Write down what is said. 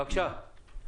בבקשה.